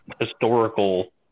historical